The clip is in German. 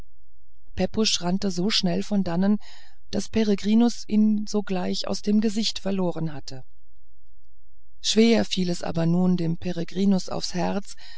pepusch rannte so schnell von dannen daß peregrinus ihn sogleich aus dem gesicht verloren hatte schwer fiel es aber nun dem peregrinus aufs herz